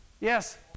Yes